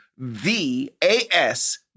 V-A-S